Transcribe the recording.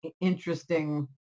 interesting